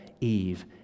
Eve